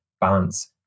balance